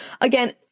Again